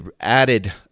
added